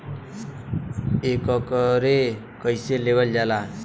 एकरके कईसे लेवल जाला?